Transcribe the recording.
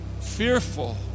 fearful